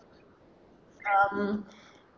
um